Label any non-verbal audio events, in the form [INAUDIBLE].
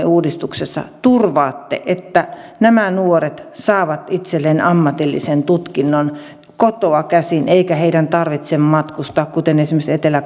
[UNINTELLIGIBLE] uudistuksessa turvaatte että nämä nuoret saavat itselleen ammatillisen tutkinnon kotoa käsin eikä heidän tarvitse matkustaa esimerkiksi etelä [UNINTELLIGIBLE]